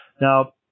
Now